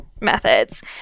methods